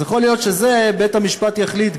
אז יכול להיות שבית-המשפט יחליט,